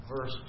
Verse